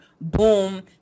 Boom